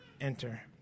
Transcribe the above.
enter